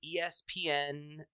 ESPN